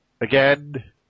again